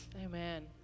Amen